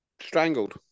strangled